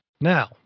Now